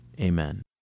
Amen